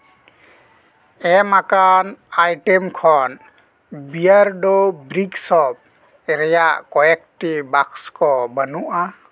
ᱮᱢ ᱟᱠᱟᱱ ᱟᱭᱴᱮᱢ ᱠᱷᱚᱱ ᱵᱤᱭᱟᱨᱰᱳ ᱵᱨᱤᱠ ᱥᱚᱯ ᱨᱮᱭᱟᱜ ᱠᱚᱭᱮᱠᱴᱤ ᱵᱟᱠᱥ ᱵᱟᱹᱱᱩᱜᱼᱟ